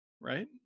right